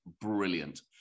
brilliant